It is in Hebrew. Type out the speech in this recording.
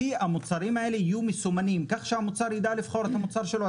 המוצרים האלה יהיו מסומנים כך שהצרכן יוכל לבחור את המוצר שלו.